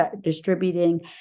distributing